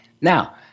Now